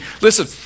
listen